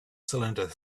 cylinder